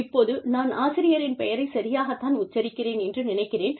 இப்போது நான் ஆசிரியரின் பெயரைச் சரியாகத் தான் உச்சரிக்கிறேன் என்று நினைக்கிறேன்